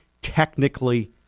technically